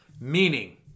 Meaning